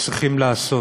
עוד צריכים לעשות.